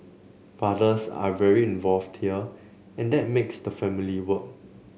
fathers are very involved here and that makes the family work